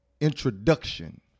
introduction